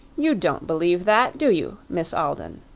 you don't believe that do you, miss alden?